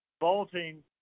bolting